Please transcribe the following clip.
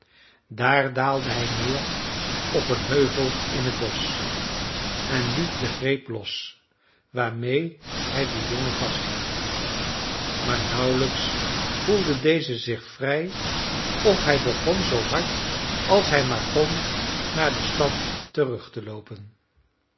daar daalde hij neer op een heuvel in t bosch en liet den greep los waarmeê hij den jongen vasthield maar nauwelijks voelde deze zich vrij of hij begon zoo hard als hij maar kon naar de stad terug te loopen